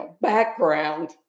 background